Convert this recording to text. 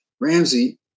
Ramsey